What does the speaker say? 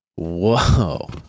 Whoa